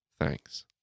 Thanks